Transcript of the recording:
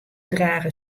drage